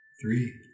three